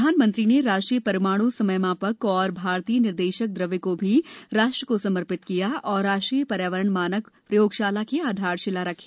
प्रधानमंत्री ने राष्ट्रीय परमाण् समयमापक और भारतीय निर्देशक द्रव्य को भी राष्ट्र को समर्पित किया और राष्ट्रीय पर्यावरण मानक प्रयोगशाला की आधारशिला रखी